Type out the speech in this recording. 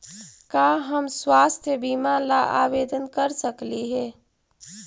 का हम स्वास्थ्य बीमा ला आवेदन कर सकली हे?